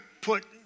put